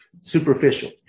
superficial